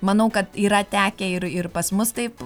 manau kad yra tekę ir ir pas mus taip